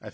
i